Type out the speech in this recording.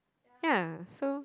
ya so